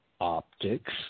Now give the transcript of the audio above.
optics